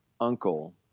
uncle